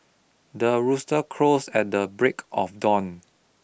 the rooster crows at the break of dawn